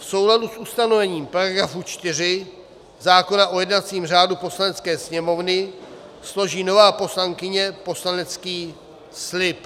V souladu s ustanovením § 4 zákona o jednacím řádu Poslanecké sněmovny složí nová poslankyně poslanecký slib.